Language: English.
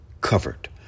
covered